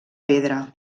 pedra